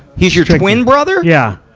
he's your twin brother? yeah.